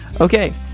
Okay